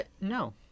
no